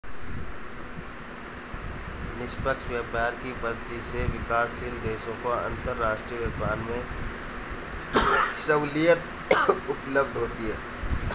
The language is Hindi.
निष्पक्ष व्यापार की पद्धति से विकासशील देशों को अंतरराष्ट्रीय व्यापार में सहूलियत उपलब्ध होती है